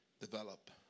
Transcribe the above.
develop